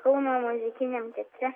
kauno muzikiniam teatre